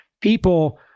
people